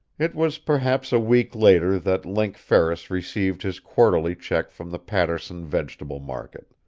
it was perhaps a week later that link ferris received his quarterly check from the paterson vegetable market.